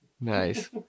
Nice